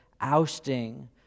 ousting